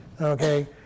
Okay